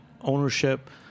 ownership